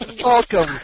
Welcome